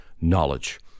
knowledge